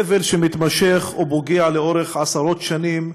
סבל שמתמשך ופוגע לאורך עשרות שנים,